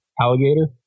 alligator